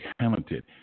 talented